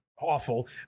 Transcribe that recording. awful